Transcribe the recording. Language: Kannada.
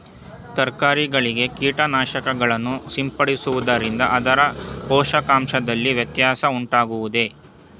ತರಕಾರಿಗಳಿಗೆ ಕೀಟನಾಶಕಗಳನ್ನು ಸಿಂಪಡಿಸುವುದರಿಂದ ಅದರ ಪೋಷಕಾಂಶದಲ್ಲಿ ವ್ಯತ್ಯಾಸ ಉಂಟಾಗುವುದೇ?